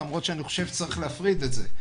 למרות שאני חושב שצריך להפריד את זה,